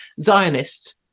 Zionists